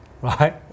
right